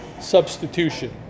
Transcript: substitution